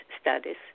studies